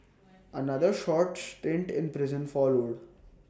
another short stint in prison followed